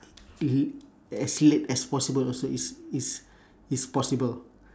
mmhmm as late as possible also it's it's it's possible